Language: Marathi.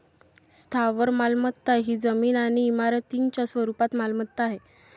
स्थावर मालमत्ता ही जमीन आणि इमारतींच्या स्वरूपात मालमत्ता आहे